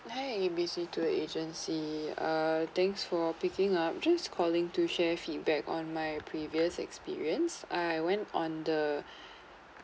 hi A B C tour agency uh thanks for picking up just calling to share feedback on my previous experience I went on the